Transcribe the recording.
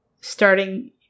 starting